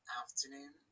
afternoon